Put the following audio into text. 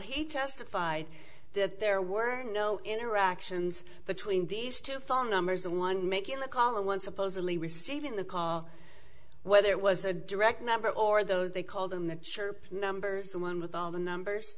he testified that there were no interactions between these two phone numbers of one making the call and one supposedly receiving the call whether it was the direct number or those they called in the church numbers the one with all the numbers